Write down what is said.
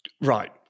Right